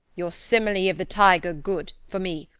your simile of the tiger good, for me,